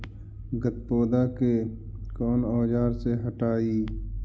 गत्पोदा के कौन औजार से हटायी?